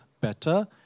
better